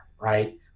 right